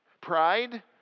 pride